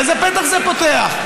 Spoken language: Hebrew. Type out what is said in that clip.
איזה פתח זה פותח?